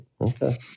Okay